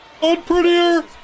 Unprettier